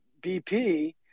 BP